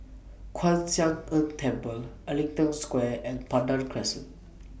Kwan Siang Tng Temple Ellington Square and Pandan Crescent